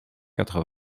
quatre